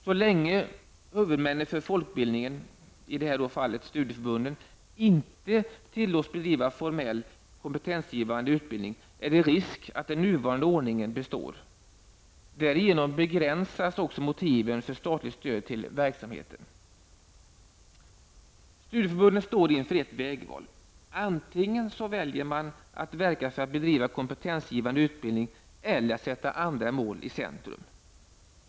Så länge huvudmännen för folkbildningen, i detta fall studieförbunden, inte tillåts bedriva formellt kompetensgivande utbildning är det risk för att den nuvarande ordningen består. Därigenom begränsas också motiven för statligt stöd till verksamheten. Studieförbunden står inför ett vägval. Antingen väljer man att verka för att bedriva kompetensgivande utbildning eller att sätta andra mål i centrum.